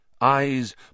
Eyes